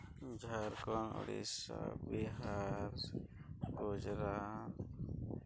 Jharkhand Odisha Bihar Gujarat